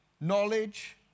knowledge